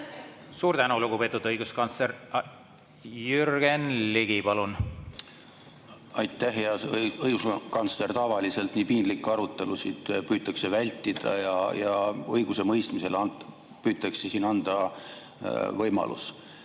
Suur tänu, lugupeetud õiguskantsler! Jürgen Ligi, palun! Aitäh! Hea õiguskantsler! Tavaliselt nii piinlikke arutelusid püütakse vältida ja õigusemõistmisele püütakse siin anda võimalus.